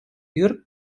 jurk